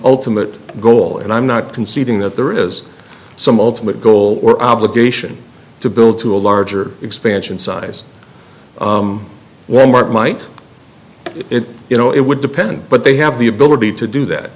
ultimate goal and i'm not conceding that there is some ultimate goal or obligation to build to a larger expansion size wal mart might you know it would depend but they have the ability to do that